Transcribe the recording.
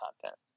content